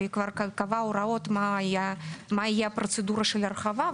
היא כבר קבעה הוראות ומה תהיה הפרוצדורה להרחבה.